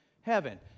heaven